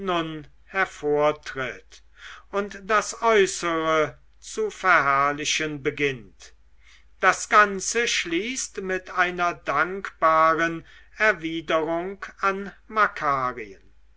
hervortritt und das äußere zu verherrlichen beginnt das ganze schließt mit einer dankbaren erwiderung an